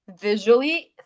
visually